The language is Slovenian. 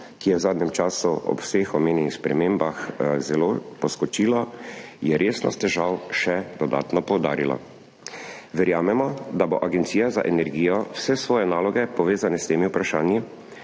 ki je v zadnjem času ob vseh omenjenih spremembah zelo poskočilo, je resnost težav še dodatno poudarilo. Verjamemo, da bo Agencija za energijo vse svoje naloge, povezane s temi vprašanji,